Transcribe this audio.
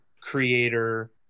creator